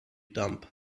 dumb